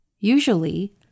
Usually